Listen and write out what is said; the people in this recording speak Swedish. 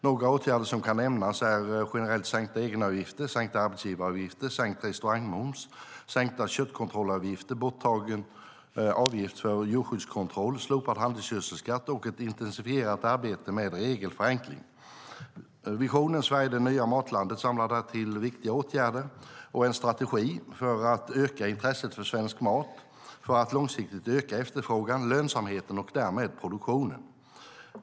Några åtgärder som kan nämnas är generellt sänkta egenavgifter, sänkta arbetsgivaravgifter, sänkt restaurangmoms, sänkta köttkontrollavgifter, borttagen avgift för djurskyddskontroll, slopad handelsgödselskatt och ett intensifierat arbete med regelförenkling. Visionen Sverige - det nya matlandet samlar därtill viktiga åtgärder och är en strategi för att öka intresset för svensk mat för att långsiktigt öka efterfrågan, lönsamheten och därmed produktionen.